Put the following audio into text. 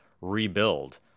rebuild